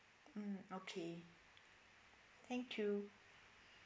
mm okay thank you